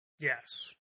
Yes